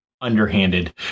underhanded